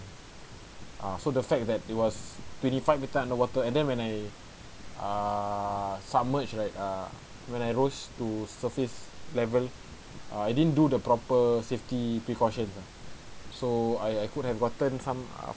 ah so the fact that it was twenty five meter underwater and then when I err submerge like uh when I rose to surface level ah I didn't do the proper safety precautions ah so I I could have gotten some ah